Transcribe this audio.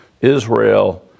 Israel